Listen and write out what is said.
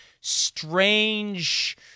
strange